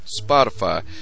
Spotify